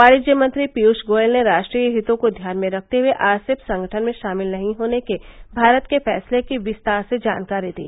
वाणिज्य मंत्री पीयूष गोयल ने राष्ट्रीय हितों को ध्यान में रखते हुए आरसेप संगठन में शामिल नहीं होने के भारत के फैसले की विस्तार से जानकारी दी